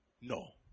No